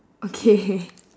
okay